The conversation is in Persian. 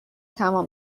تمام